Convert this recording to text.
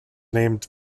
named